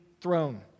throne